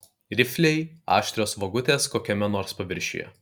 rifliai aštrios vagutės kokiame nors paviršiuje